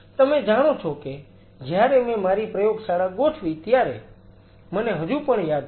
તમે જાણો છો કે જ્યારે મેં મારી પ્રયોગશાળા ગોઠવી ત્યારે મને હજુ પણ યાદ છે